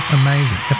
amazing